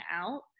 out